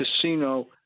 casino